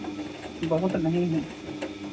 बहुत नहीं है